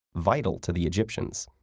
vital to the egyptians.